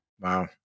Wow